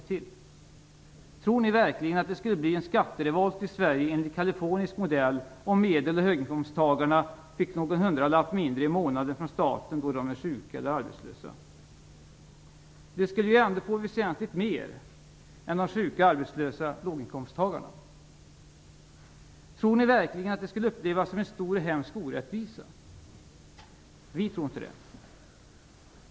Tror ni verkligen att det skulle bli en skatterevolt i Sverige enligt kalifornisk modell om medel och höginkomsttagarna fick någon hundralapp mindre i månaden från staten då de är sjuka eller arbetslösa? De skulle ändå få väsentligt mycket mer än de sjuka och arbetslösa låginkomsttagarna. Tror ni verkligen att det skulle upplevas som en stor och hemsk orättvisa? Vi tror inte det.